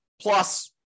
plus